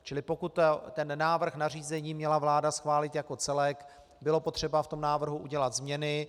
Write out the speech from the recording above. Čili pokud ten návrh nařízení měla vláda schválit jako celek, bylo potřeba v tom návrhu udělat změny.